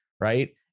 right